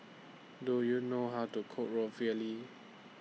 Do YOU know How to Cook Ravioli